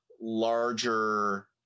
larger